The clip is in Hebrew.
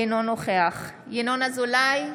אינו נוכח ינון אזולאי,